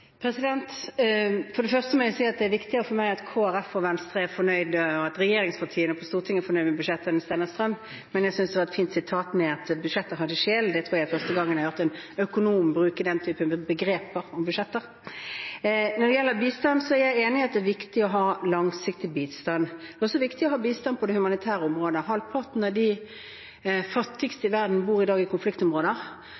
For det første må jeg si at det er viktigere for meg at Kristelig Folkeparti, Venstre og regjeringspartiene på Stortinget er fornøyd med budsjettet enn at Steinar Strøm er det, men jeg synes det var et fint sitat – at det er et budsjett med sjel. Jeg tror det er første gang jeg har hørt en økonom bruke den typen begrep om budsjetter. Når det gjelder bistand, er jeg enig i at det er viktig å ha langsiktig bistand. Det er også viktig å ha bistand på det humanitære området. Halvparten av de fattigste i verden bor i dag i konfliktområder.